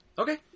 Okay